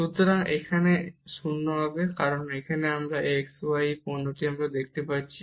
সুতরাং এটি 0 হবে কারণ এখানে আমরা x y এর এই পণ্যটি দেখতে পাচ্ছি